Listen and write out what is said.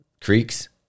Creeks